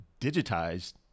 digitized